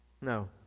No